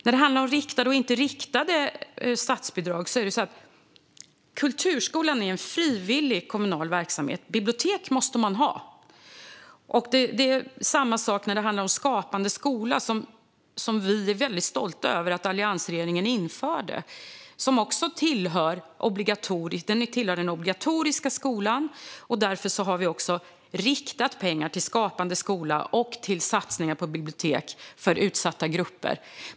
När det handlar om riktade eller inte riktade statsbidrag är kulturskolan en frivillig kommunal verksamhet. Bibliotek måste man ha. Det är samma sak när det handlar om Skapande skola, som vi är stolta över att alliansregeringen införde. Den tillhör den obligatoriska skolan, och därför har vi riktat pengar till Skapande skola och till satsningar på bibliotek för utsatta grupper.